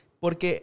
porque